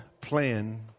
plan